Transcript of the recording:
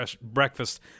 breakfast